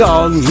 on